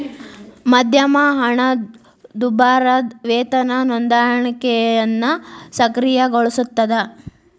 ಮಧ್ಯಮ ಹಣದುಬ್ಬರದ್ ವೇತನ ಹೊಂದಾಣಿಕೆಯನ್ನ ಸಕ್ರಿಯಗೊಳಿಸ್ತದ